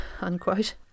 unquote